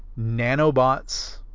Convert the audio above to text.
nanobots